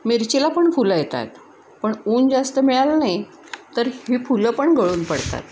मिरचीला पण फुलं येत आहेत पण ऊन जास्त मिळालं नाही तर ही फुलं पण गळून पडतात